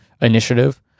initiative